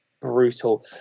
brutal